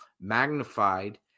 magnified